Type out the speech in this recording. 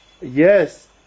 yes